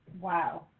Wow